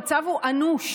המצב הוא אנוש.